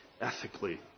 ethically